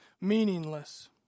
meaningless